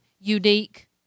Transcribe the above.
unique